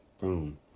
Boom